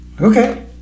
okay